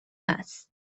است